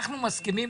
אנחנו מסכימים,